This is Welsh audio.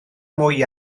mwy